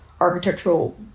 architectural